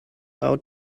out